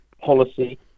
policy